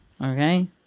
Okay